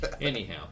anyhow